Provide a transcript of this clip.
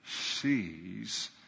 sees